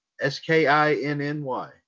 S-K-I-N-N-Y